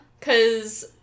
Cause